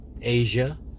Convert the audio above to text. Asia